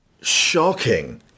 shocking